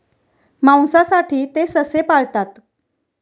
मांसासाठी ते ससे पाळतात